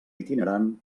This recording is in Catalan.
itinerant